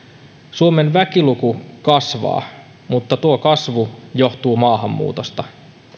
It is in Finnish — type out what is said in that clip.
suomen väkiluku kasvaa mutta tuo kasvu johtuu maahanmuutosta